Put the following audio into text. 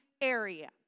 area